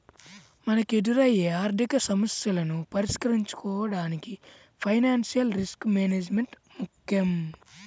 మనకెదురయ్యే ఆర్థికసమస్యలను పరిష్కరించుకోడానికి ఫైనాన్షియల్ రిస్క్ మేనేజ్మెంట్ ముక్కెం